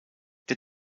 der